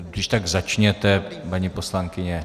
Kdyžtak začněte, paní poslankyně.